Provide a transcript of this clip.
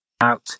out